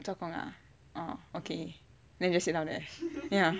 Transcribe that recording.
做工 ah oh okay then just sit down there